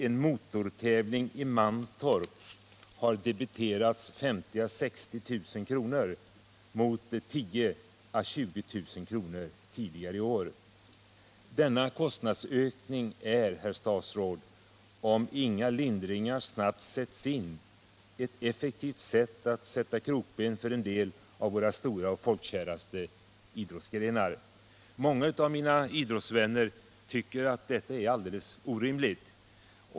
En motortävling i Mantorp har debiterats 50 000 å 60 000 kr. mot 10 000 ä 20000 kr. tidigare i år. Denna kostnadsökning är, herr statsråd, om inga lindringar snabbt sätts in, en effektiv metod att sätta krokben för en del av våra stora och folkkäraste idrottsgrenar. Många av mina idrottsvänner tycker att detta är alldeles orimligt.